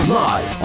live